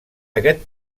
aquest